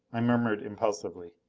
i murmured impulsively,